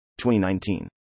2019